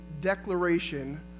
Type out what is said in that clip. declaration